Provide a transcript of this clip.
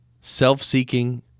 self-seeking